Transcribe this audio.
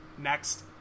Next